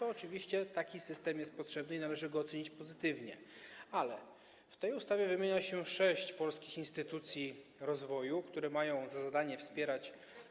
Oczywiście taki system jest potrzebny i należy go ocenić pozytywnie, ale w tej ustawie wymienia się sześć polskich instytucji rozwoju, które mają za zadanie wspierać.